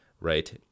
Right